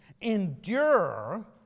endure